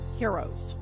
heroes